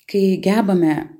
kai gebame